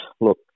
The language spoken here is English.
Look